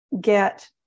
get